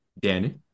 Danny